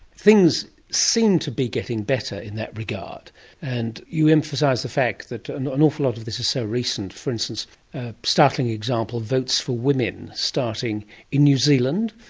things seem to be getting better in that regard and you emphasise the fact that an awful lot of this is so recent. for instance, a startling example votes for women starting in new zealand,